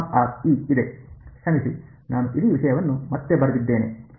ಕ್ಷಮಿಸಿ ನಾನು ಇಡೀ ವಿಷಯವನ್ನು ಮತ್ತೆ ಬರೆದಿದ್ದೇನೆ ಇದನ್ನು ಬರೆಯೋಣ